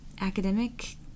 academic